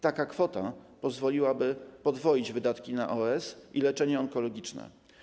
Taka kwota pozwoliłaby podwoić wydatki na AOS i leczenie onkologiczne.